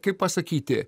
kaip pasakyti